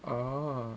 oh